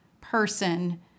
person